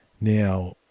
Now